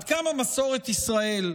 עד כמה מסורת ישראל,